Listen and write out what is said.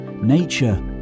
nature